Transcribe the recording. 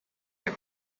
him